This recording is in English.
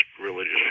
religious